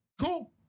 cool